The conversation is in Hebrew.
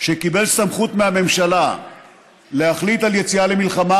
שקיבל סמכות מהממשלה להחליט על יציאה למלחמה